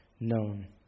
known